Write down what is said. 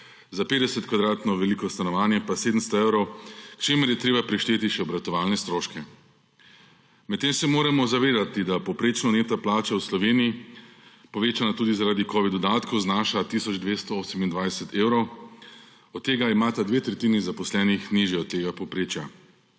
za 50 m2 veliko stanovanje pa 700 evrov, čemur je treba prišteti še obratovalne stroške. Medtem se moramo zavedati, da povprečna neto plača v Sloveniji, povečana tudi zaradi covid dodatkov, znaša tisoč 228 evrov, od tega imata dve tretjini zaposlenih nižje od tega povprečja.